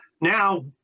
now